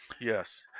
Yes